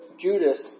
Judas